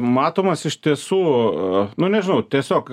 matomas iš tiesų nu nežinau tiesiog